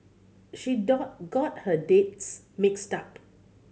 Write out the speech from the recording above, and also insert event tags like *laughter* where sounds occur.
she *unintelligible* got her dates mixed up